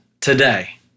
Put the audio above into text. today